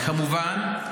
כמובן,